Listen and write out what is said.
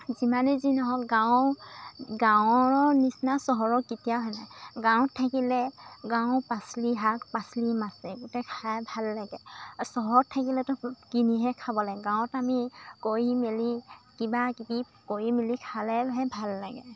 যিমানে যি নহওক গাঁও গাঁৱৰৰ নিচিনা চহৰৰ কেতিয়াও নহয় গাঁৱত থাকিলে গাঁও পাচলি শাক পাচলি মাছে গোটেই খাই ভাল লাগে চহৰত থাকিলেতো কিনিহে খাব লাগে গাঁৱত আমি কৰি মেলি কিবাকিবি কৰি মেলি খালেহে ভাল লাগে